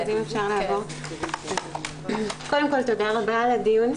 תודה רבה על הדיון.